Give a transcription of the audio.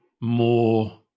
more